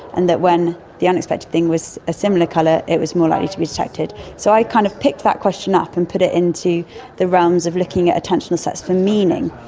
and that when the unexpected thing was a similar colour, it was more likely to be detected. so i kind of picked that question up and put it into the realms of looking at attentional sets for meaning.